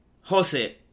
Jose